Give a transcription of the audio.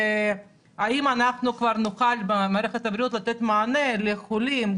האם נוכל במערכת הבריאות לתת מענה לחולים,